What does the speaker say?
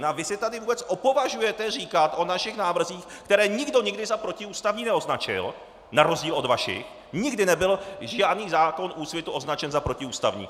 A vy si tady vůbec opovažujete říkat o našich návrzích , které nikdo nikdy za protiústavní neoznačil, na rozdíl od vašich, nikdy nebyl žádný zákon Úsvitu označen za protiústavní!